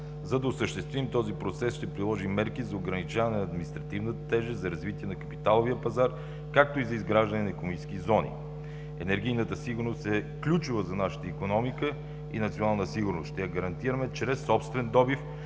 За да осъществим този процес, ще приложим мерки за ограничаване на административната тежест, за развитие на капиталовия пазар, както и за изграждане на икономически зони. Енергийната сигурност е ключова за нашата икономика и национална сигурност. Ще я гарантираме чрез собствен добив,